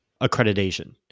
Accreditation